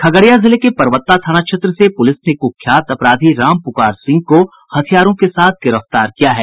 खगड़िया जिले के परबत्ता थाना क्षेत्र से पुलिस ने कुख्यात अपराधी राम पुकार सिंह को हथियारों के साथ गिरफ्तार किया है